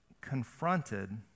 confronted